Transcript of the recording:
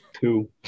Two